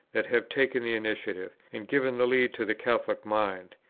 that have taken the initiative, and given the lead to the catholic mind,